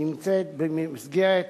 נמצא במסגרת